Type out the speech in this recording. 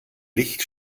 licht